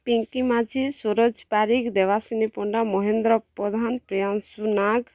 Pinki Majhi Suraj Parig Debasini Panda Mahendra Pradhan Priyanshu Nag